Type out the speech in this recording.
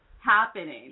happening